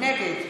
נגד